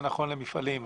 זה נכון למפעלים.